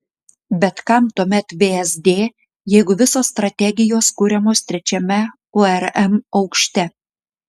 bet kam tuomet vsd jeigu visos strategijos kuriamos trečiame urm aukšte